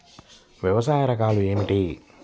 వ్యవసాయ రకాలు ఏమిటి?